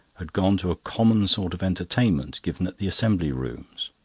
had gone to a common sort of entertainment, given at the assembly rooms.